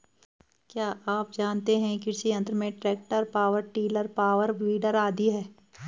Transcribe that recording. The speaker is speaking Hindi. क्या आप जानते है कृषि यंत्र में tractor, power tiller, power weeder आदि है?